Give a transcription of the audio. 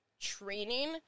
training